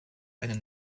eine